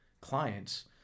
clients